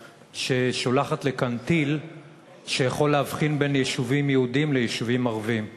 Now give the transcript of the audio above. ששולחת לכאן טיל שיכול להבחין בין יישובים יהודיים ליישובים ערביים.